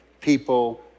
people